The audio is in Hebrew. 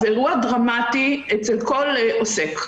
זה אירוע דרמטי אצל כל עוסק,